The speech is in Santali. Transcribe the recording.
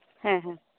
ᱦᱮᱸ ᱦᱮᱸ